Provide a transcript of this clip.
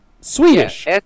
Swedish